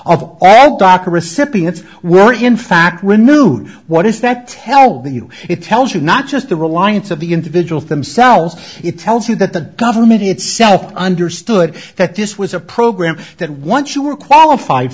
of all doctor recipients were in fact renewed what does that tell you it tells you not just the reliance of the individuals themselves it tells you that the government itself understood that this was a program that once you were qualified